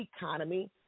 economy